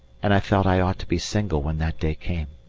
and i felt i ought to be single when that day came.